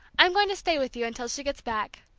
i'm going to stay with you until she gets back!